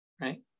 right